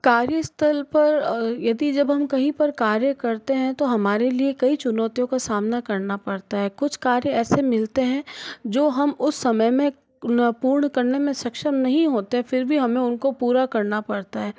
कार्यस्थल पर यदि जब हम कहीं पर कार्य करते हैं तो हमारे लिए कई चुनौतियों का सामना करना पड़ता है कुछ कार्य ऐसे मिलते हैं जो हम उस समय में ना पूर्ण करने में सक्षम नहीं होतें फिर भी हमें उनको पूरा करना पड़ता है